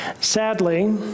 Sadly